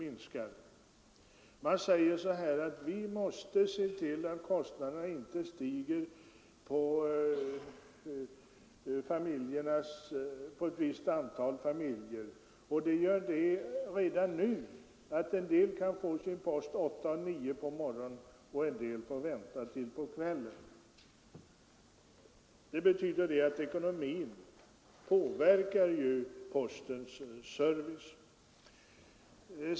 Posten säger att man måste se till att kostnaderna inte stiger när det gäller ett visst antal familjer, inom en brevbärarlinje, och det gör att redan nu kan en del få sin post mellan kl. 8 och 9 på morgonen, medan andra får vänta till på kvällen. Ekonomin påverkar således postens service.